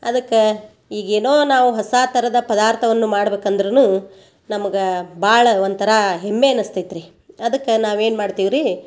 ಅದಕ್ಕೆ ಈಗ ಏನೋ ನಾವು ಹೊಸ ಥರದ ಪದಾರ್ಥವನ್ನು ಮಾಡ್ಬೇಕಂದರೂನು ನಮ್ಗ ಭಾಳ ಒಂಥರ ಹೆಮ್ಮೆ ಅನಸ್ತೈತ್ರಿ ಅದಕ್ಕೆ ನಾವು ಏನು ಮಾಡ್ತೀವಿ ರೀ